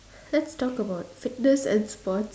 let's talk about fitness and sports